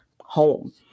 home